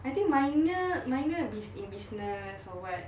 I think minor minor bus~ in business or what